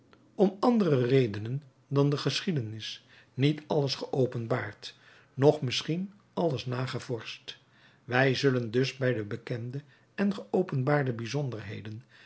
om andere redenen dan de geschiedenis niet alles geopenbaard noch misschien alles nagevorscht wij zullen dus bij de bekende en geopenbaarde bijzonderheden